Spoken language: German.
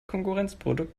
konkurrenzprodukt